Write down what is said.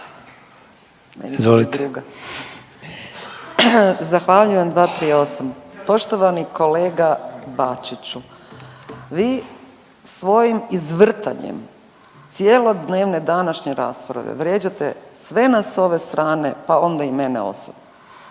Zahvaljujem. 238. poštovani kolega Bačiću, vi svojim izvrtanjem cjelodnevne današnje rasprave vrijeđate sve nas s ove strane pa onda i mene osobno.